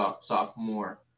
sophomore